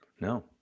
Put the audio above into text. no